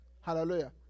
Hallelujah